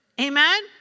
Amen